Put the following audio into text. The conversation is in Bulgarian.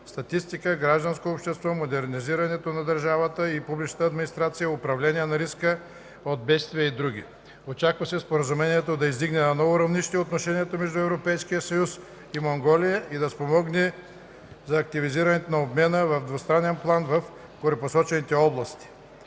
статистиката, гражданското общество, модернизирането на държавата и публичната администрация, управлението на риска от бедствия и др. Очаква се Споразумението да издигне на ново равнище отношенията между Европейския съюз и Монголия и да спомогне активизирането на обмена в двустранен план в горепосочените области.